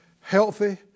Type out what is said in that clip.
healthy